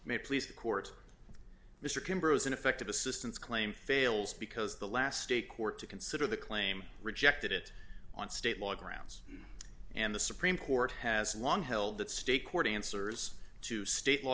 may please the court mr kember as ineffective assistance claim fails because the last state court to consider the claim rejected it on state law grounds and the supreme court has long held that state court answers to state law